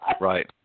Right